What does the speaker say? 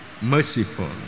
Merciful